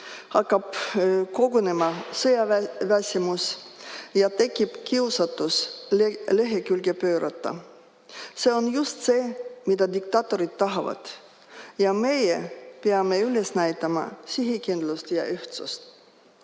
Hakkab kogunema sõjaväsimus ja tekib kiusatus lehekülge pöörata. See on just see, mida diktaatorid tahavad. Meie peame üles näitama sihikindlust ja ühtsust.